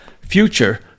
future